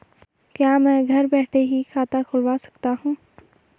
क्या मैं घर बैठे ही खाता खुलवा सकता हूँ?